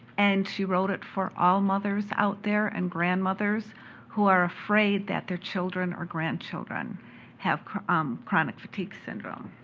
and she wrote it for all mothers out there, and grandmothers who are afraid that their children or grandchildren have um chronic fatigue syndrome.